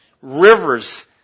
Rivers